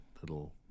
little